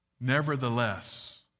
Nevertheless